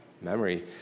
memory